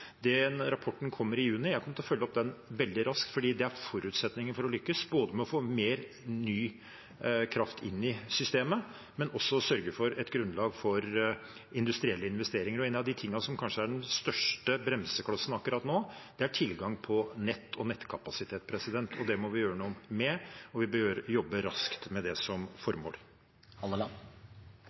Den rapporten kommer i juni. Jeg kommer til å følge den opp veldig raskt, fordi det er forutsetningen for å lykkes både med å få mer ny kraft inn i systemet og for å sørge for et grunnlag for industrielle investeringer. En av de tingene som kanskje er den største bremseklossen akkurat nå, er tilgang på nett og nettkapasitet. Det må vi gjøre noe med, og vi bør jobbe raskt med det som